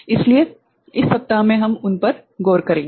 इसलिए इस सप्ताह में हम उन पर गौर करेंगे